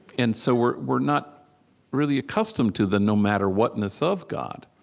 and so we're we're not really accustomed to the no-matter-whatness of god,